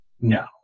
No